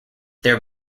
their